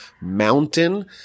mountain